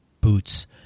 boots